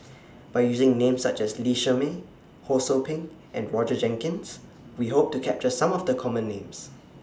By using Names such as Lee Shermay Ho SOU Ping and Roger Jenkins We Hope to capture Some of The Common Names